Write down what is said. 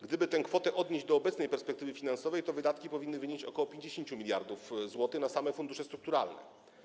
Gdyby tę kwotę odnieść do obecnej perspektywy finansowej, to wydatki powinny wynieść ok. 50 mld zł na same fundusze strukturalne.